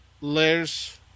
layers